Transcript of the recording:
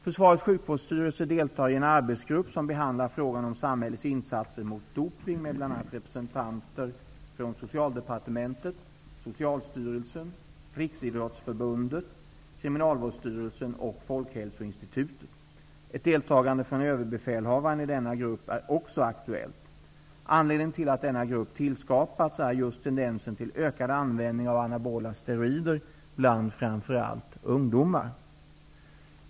Försvarets sjukvårdsstyrelse deltar i en arbetsgrupp som behandlar frågan om samhällets insatser mot dopning med bl.a. representanter från Överbefälhavaren i denna grupp är också aktuellt. Anledningen till att denna grupp tillskapats är just tendensen till ökad användning av anabola steroider bland framför allt ungdomar.